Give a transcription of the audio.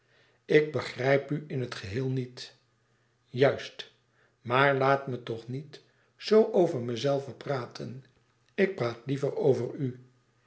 ik begrijp u in het geheel niet juist maar laat me toch niet zoo over mezelven praten ik praat liever over u